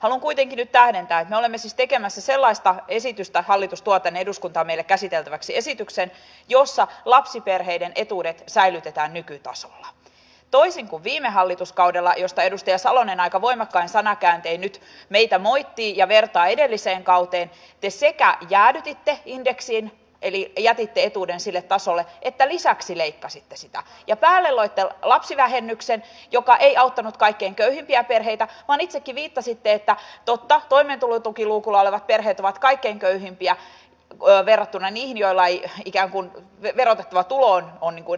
haluan kuitenkin nyt tähdentää että me olemme siis tekemässä sellaista esitystä hallitus tuo tänne eduskuntaan meille käsiteltäväksi esityksen jossa lapsiperheiden etuudet säilytetään nykytasolla toisin kuin viime hallituskaudella josta edustaja salonen aika voimakkain sanankääntein nyt meitä moittii ja vertaa edelliseen kauteen te sekä jäädytitte indeksin eli jätitte etuuden sille tasolle että lisäksi leikkasitte sitä ja päälle loitte lapsivähennyksen joka ei auttanut kaikkein köyhimpiä perheitä vaan kuten itsekin viittasitte totta toimeentulotukiluukulla olevat perheet ovat kaikkein köyhimpiä verrattuna niihin joilla ikään kuin verotettava tulo on erityisen pieni